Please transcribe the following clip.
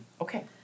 Okay